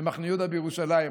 במחנה יהודה בירושלים,